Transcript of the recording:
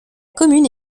commune